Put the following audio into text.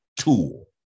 tool